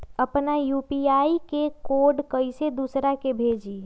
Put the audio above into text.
अपना यू.पी.आई के कोड कईसे दूसरा के भेजी?